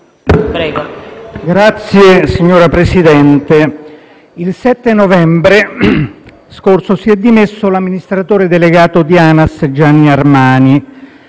*(M5S)*. Signor Presidente, il 7 novembre scorso si è dimesso l'amministratore delegato di ANAS, Gianni Armani,